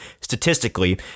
statistically